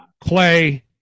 Clay